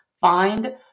find